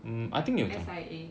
S_I_A